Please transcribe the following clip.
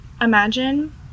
imagine